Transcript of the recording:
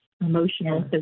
emotional